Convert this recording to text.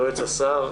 יועץ השר,